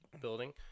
building